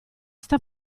sta